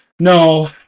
No